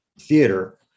theater